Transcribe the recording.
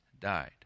died